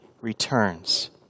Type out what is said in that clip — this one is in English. returns